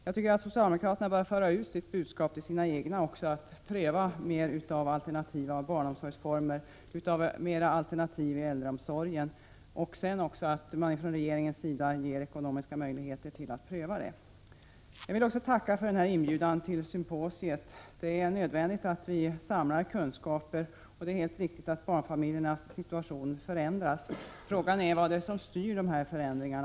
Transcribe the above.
Jag tycker att socialdemokraterna bör föra ut sitt budskap också till sina egna, att pröva mer av alternativa barnomsorgsformer och mer alternativ i äldreomsorgen. Sedan bör regeringen också ge de ekonomiska möjligheterna att pröva detta. Jag vill också tacka för inbjudan till symposiet. Det är nödvändigt att samla kunskaper, och det är helt riktigt att barnfamiljernas situation förändras. Frågan är bara vad som styr dessa förändringar.